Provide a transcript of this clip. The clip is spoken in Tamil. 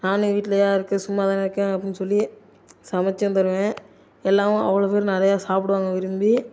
நானும் வீட்டில் தானேருக்க சும்மா தானே இருக்கேன் அப்படின்னு சொல்லி சமைச்சும் தருவேன் எல்லாமும் அவ்வளோவு பேரும் நிறையா சாப்பிடுவாங்க விரும்பி